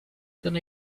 gonna